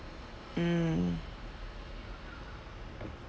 mm